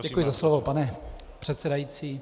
Děkuji za slovo, pane předsedající.